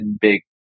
big